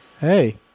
hey